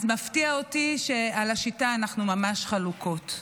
מפתיע אותי שעל השיטה אנחנו ממש חלוקות.